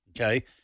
Okay